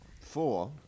Four